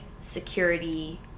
security